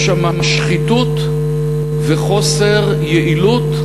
יש שם שחיתות וחוסר יעילות.